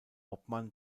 obmann